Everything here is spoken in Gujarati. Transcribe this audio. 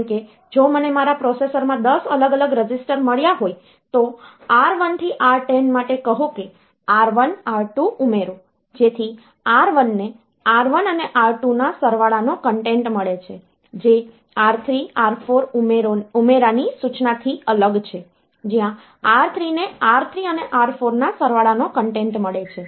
જેમ કે જો મને મારા પ્રોસેસરમાં 10 અલગ અલગ રજિસ્ટર મળ્યા હોય તો R1 થી R10 માટે કહો કે R1R2 ઉમેરો જેથી R1 ને R1 અને R2 ના સરવાળાનો કન્ટેન્ટ મળે છે જે R3 R4 ઉમેરા ની સૂચનાથી અલગ છે જ્યાં R3 ને R3 અને R4 ના સરવાળાનો કન્ટેન્ટ મળે છે